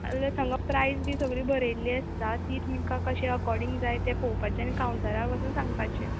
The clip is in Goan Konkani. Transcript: ल थंगां प्रायज बी सगळी बरयल्ली आसता ती तुमकां कशें अकॉडींग जाय तें पळोवपाचें आनी कावंटरार वचून सांगपाचें